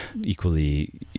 equally